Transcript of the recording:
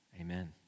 Amen